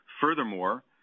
Furthermore